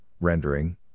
Rendering